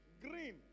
green